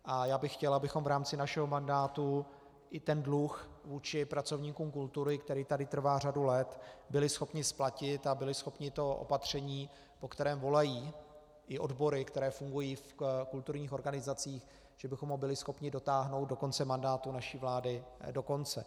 A já bych chtěl, abychom v rámci našeho mandátu i ten dluh vůči pracovníkům kultury, který tady trvá řadu let, byli schopni splatit a byli schopni to opatření, po kterém volají i odbory, které fungují v kulturních organizacích, byli schopni dotáhnout do konce mandátu naší vlády do konce.